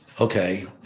Okay